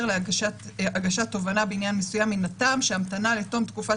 הגשת תובענה בעניין מסוים מן הטעם שהמתנה לתום תקופת